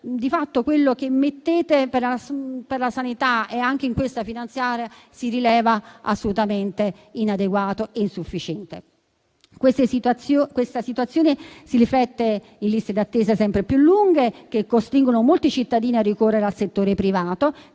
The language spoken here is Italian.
di fatto quello che stanziate per la sanità anche in questo disegno di legge di bilancio si rivela assolutamente inadeguato e insufficiente. Questa situazione si riflette in liste d'attesa sempre più lunghe, che costringono molti cittadini a ricorrere al settore privato,